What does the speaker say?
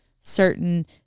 certain